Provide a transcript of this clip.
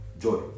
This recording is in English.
Joy